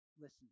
listen